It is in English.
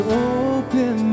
open